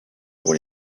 pour